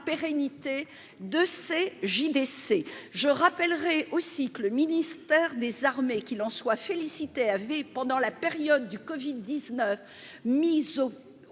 pérennité de ces JDC je rappellerai aussi que le ministère des Armées qu'il en soit félicitée avait pendant la période du. Covid-19 mise.